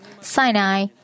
Sinai